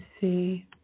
see